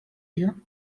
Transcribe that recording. you